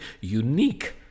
unique